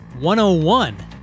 101